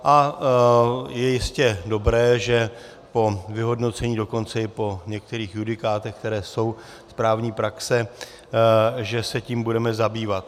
A je jistě dobré, že po vyhodnocení, dokonce i po některých judikátech, které jsou z právní praxe, se tím budeme zabývat.